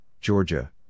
Georgia